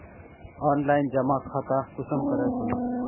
Online जमा खाता कुंसम करे खोलूम?